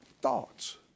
thoughts